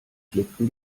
klickten